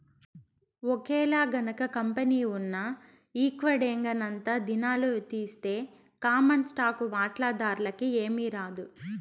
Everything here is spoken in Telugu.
ఒకేలగనక కంపెనీ ఉన్న విక్వడేంగనంతా దినాలు తీస్తె కామన్ స్టాకు వాటాదార్లకి ఏమీరాదు